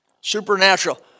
Supernatural